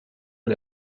est